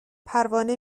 پروانه